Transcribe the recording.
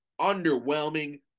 Underwhelming